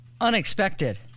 Unexpected